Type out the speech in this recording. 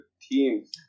teams